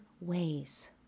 ways